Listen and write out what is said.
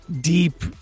deep